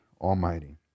Almighty